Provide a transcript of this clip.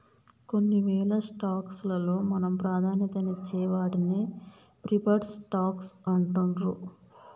కొన్నివేల స్టాక్స్ లలో మనం ప్రాధాన్యతనిచ్చే వాటిని ప్రిఫర్డ్ స్టాక్స్ అంటుండ్రు